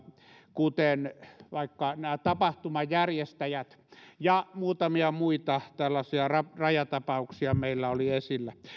kuten tapahtumajärjestäjät ja muutamia muita tällaisia rajatapauksia meillä oli esillä